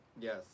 Yes